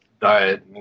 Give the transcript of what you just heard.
diet